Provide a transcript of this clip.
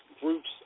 groups